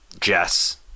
Jess